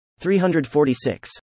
346